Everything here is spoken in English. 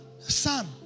son